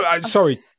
Sorry